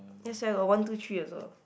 yes I got one two three also